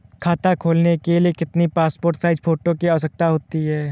खाता खोलना के लिए कितनी पासपोर्ट साइज फोटो की आवश्यकता होती है?